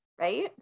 right